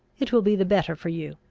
it will be the better for you.